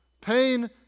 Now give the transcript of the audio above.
pain